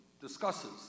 discusses